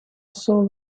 soul